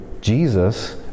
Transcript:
Jesus